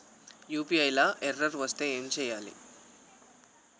UPI లా error వస్తే ఏం చేయాలి?